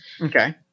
okay